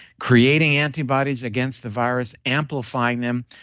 creating antibodies against the virus, amplifying them,